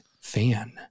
fan